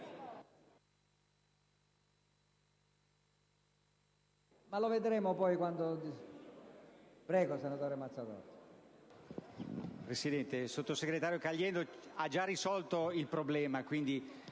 Presidente, il sottosegretario Caliendo ha già risolto il problema;